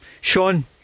Sean